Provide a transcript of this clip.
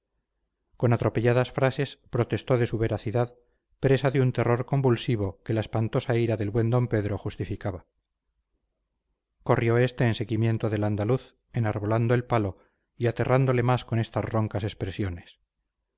con atropelladas frases protestó de su veracidad presa de un terror convulsivo que la espantosa ira del buen d pedro justificaba corrió este en seguimiento del andaluz enarbolando el palo y aterrándole más con estas roncas expresiones